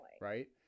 Right